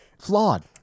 flawed